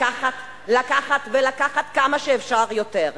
לקחת ולקחת כמה שאפשר יותר.